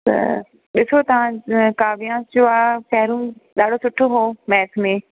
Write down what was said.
त ॾिसो तव्हां अ काव्यांश जो आहे पहिरियों ॾाढो सुठो हुयो मैथ में